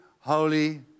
holy